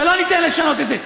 ולא ניתן לשנות את זה.